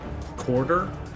quarter